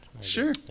Sure